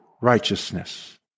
righteousness